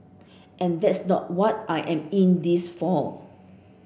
and that's not what I am in this for